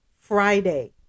Friday